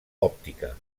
òptica